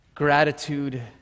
Gratitude